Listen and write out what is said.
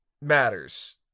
matters